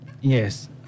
Yes